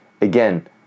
again